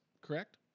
correct